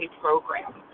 program